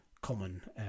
common